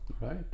right